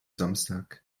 samstag